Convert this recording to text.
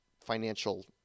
financial